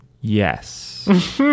yes